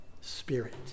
Spirit